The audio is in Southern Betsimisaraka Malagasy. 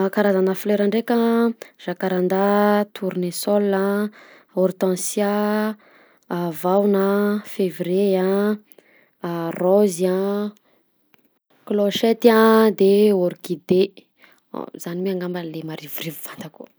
Karazana fleur ndreka a zakarada a, tournesol a, hortensia a, a vahona, fevrier a, raozy a, clochette a, de orkide zany mi angamba le marivorivo fantako.